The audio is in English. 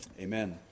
Amen